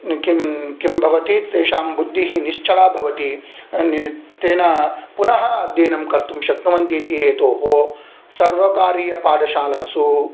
किं किं भवति तेषां बुद्दिः निश्चला भवति तेन पुनः अध्ययनं कर्तुं शक्नुवन्ति इति हेतोः सर्वकारीयपाठशालासु